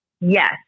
Yes